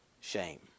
shame